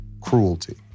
cruelty